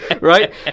Right